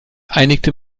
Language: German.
einigte